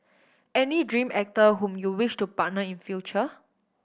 any dream actor whom you wish to partner in future